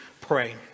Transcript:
pray